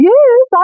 Yes